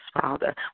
Father